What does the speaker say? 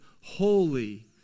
holy